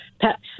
pets